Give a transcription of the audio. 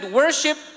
worship